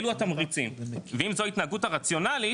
אלו התמריצים ואם זו ההתנהגות הרציונלית,